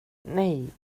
nej